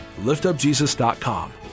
liftupjesus.com